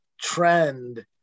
trend